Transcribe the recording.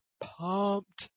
pumped